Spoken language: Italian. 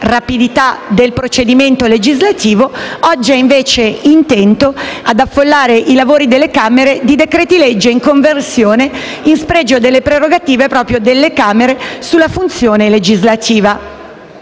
rapidità del procedimento legislativo, oggi è invece intento ad affollare i lavori delle Camere di decreti-legge in conversione in spregio delle prerogative delle Camere sulla funzione legislativa.